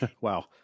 Wow